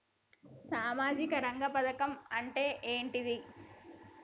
సామాజిక రంగ పథకం అంటే ఏంటిది?